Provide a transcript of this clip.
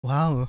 Wow